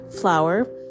flour